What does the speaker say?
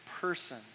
person